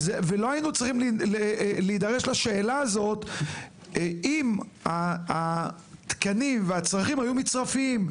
ולא היינו צריכים להידרש לשאלה הזאת אם התקנים והצרכים היו מצרפיים.